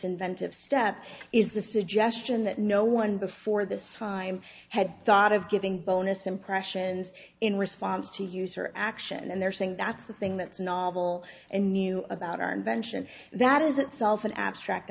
inventive step is the suggestion that no one before this time had thought of giving bonus impressions in response to user action and they're saying that's the thing that's novel and new about our invention that is itself an abstract